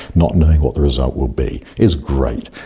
not knowing what the result will be is great.